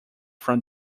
from